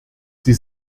sie